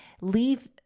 leave